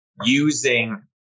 using